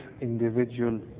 individual